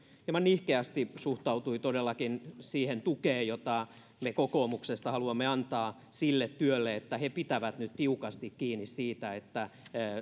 hieman nihkeästi todellakin suhtautui siihen tukeen jota me kokoomuksesta haluamme antaa sille työlle että he pitävät nyt tiukasti kiinni siitä että